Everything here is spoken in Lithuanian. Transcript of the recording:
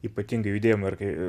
ypatingai judėjimo ir kai